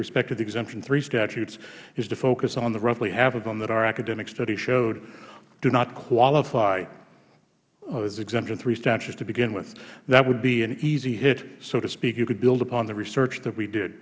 the exemption three statutes is to focus on the roughly half of them that our academic study showed do not qualify as exemption three statutes to begin with that would be an easy hit so to speak you could build upon the research that we did